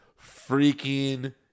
freaking